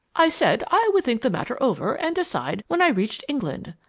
i said i would think the matter over and decide when i reached england.